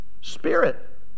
spirit